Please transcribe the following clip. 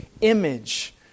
image